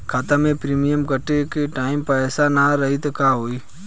खाता मे प्रीमियम कटे के टाइम पैसा ना रही त का होई?